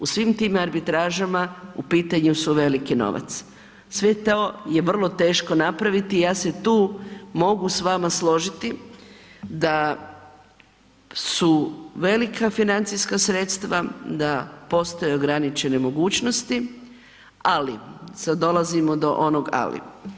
U svim tim arbitražama u pitanju su veliki novac, sve to je vrlo teško napraviti i ja se tu mogu s vama složiti da su velika financijska sredstva, da postoje ograničene mogućnosti, ali sada dolazimo do onog ali.